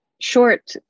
short